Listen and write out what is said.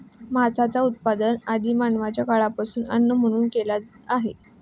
मांसाचा उपयोग आदि मानवाच्या काळापासून अन्न म्हणून केला जात आहे